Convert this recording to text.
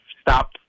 stop